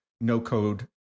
no-code